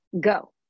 Go